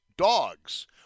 dogs